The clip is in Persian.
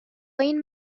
این